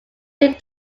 thing